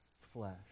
flesh